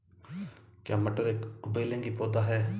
क्या मटर एक उभयलिंगी पौधा है?